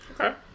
Okay